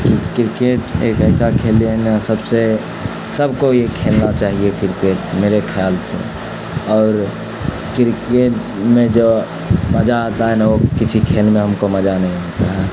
کہ کرکٹ ایک ایسا کھیل یہ ہے نا سب سے سب کو یہ کھیلنا چاہیے کرکٹ میرے خیال سے اور کرکٹ میں جو مجہ آتا ہے ن وہ کسی کھیل میں ہم کو مجہ نہیں ہوتا ہے